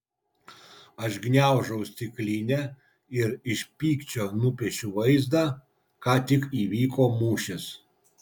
aš gniaužau stiklinę ir iš pykčio nupiešiu vaizdą ką tik įvyko mūšis